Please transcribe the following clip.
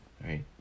right